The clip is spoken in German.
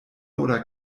oder